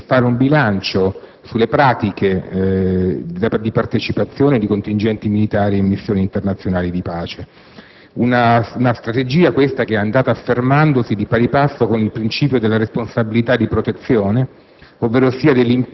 e fare un bilancio sulle pratiche di partecipazione di contingenti militari in missioni internazionali di pace. Questa strategia è andata affermandosi di pari passo con il principio della «responsabilità di protezione»,